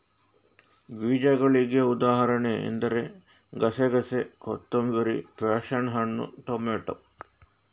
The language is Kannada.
ಬೀಜಗಳಿಗೆ ಉದಾಹರಣೆ ಎಂದರೆ ಗಸೆಗಸೆ, ಕೊತ್ತಂಬರಿ, ಪ್ಯಾಶನ್ ಹಣ್ಣು, ಟೊಮೇಟೊ